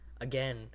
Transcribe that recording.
Again